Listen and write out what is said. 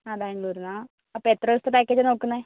ആ ബാംഗ്ലൂരിൽ നിന്നാണോ അപ്പോൾ എത്ര ദിവസത്തെ പാക്കേജാണ് നോക്കുന്നത്